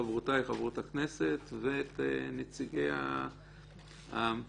חברותיי חברות הכנסת, ואת נציגי הממלכה,